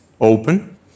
open